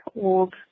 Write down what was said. old